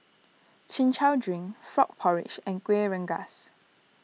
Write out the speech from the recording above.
Chin Chow Drink Frog Porridge and Kueh Rengas